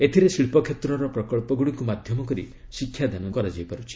ଏଥିରେ ଶିଳ୍ପ କ୍ଷେତ୍ରର ପ୍ରକଳ୍ପଗୁଡ଼ିକୁ ମାଧ୍ୟମକରି ଶିକ୍ଷାଦାନ କରାଯାଉଛି